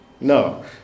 No